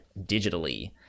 digitally